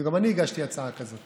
בדיוק, גם אני הגשתי הצעה כזאת.